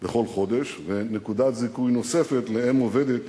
בכל חודש, ונקודת זיכוי נוספת לאם עובדת,